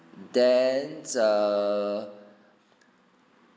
then ah